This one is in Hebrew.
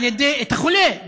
את החולה,